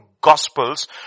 Gospels